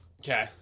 Okay